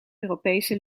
europese